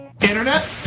Internet